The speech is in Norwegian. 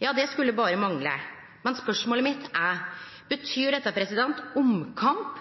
Det skulle berre mangle, men spørsmålet mitt er: Betyr dette omkamp